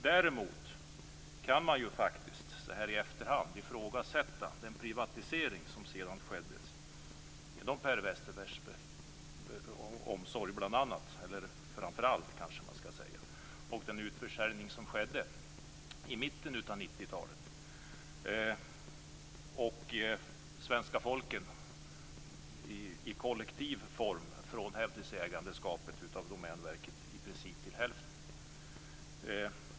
Däremot kan man, så här i efterhand, ifrågasätta den privatisering som sedan skedde genom bl.a., eller kanske framför allt, Per Westerbergs försorg, och den utförsäljning som skedde i mitten av 1990-talet.